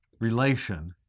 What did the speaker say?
relation